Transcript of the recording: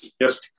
Yes